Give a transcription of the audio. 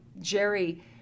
Jerry